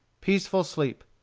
peaceful sleep.